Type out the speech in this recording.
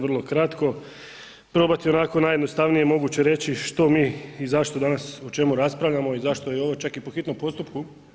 Vrlo kratko, probati onako najjednostavnije moguće reći što mi i zašto danas, o čemu raspravljamo i zašto je ovo čak i po hitnom postupku.